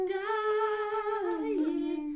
dying